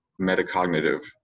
metacognitive